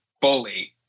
fully